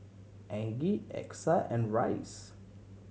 Aggie Exa and Rice